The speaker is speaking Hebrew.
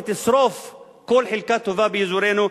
שתשרוף כל חלקה טובה באזורנו,